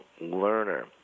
learner